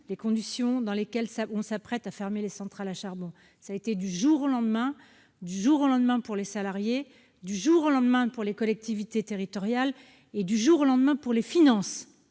du tout celles dans lesquelles on s'apprête à fermer les centrales à charbon : elle a fermé du jour au lendemain, du jour au lendemain pour les salariés, du jour au lendemain pour les collectivités territoriales et du jour au lendemain pour leurs finances.